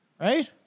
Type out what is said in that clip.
right